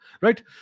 right